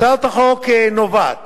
הצעת החוק נובעת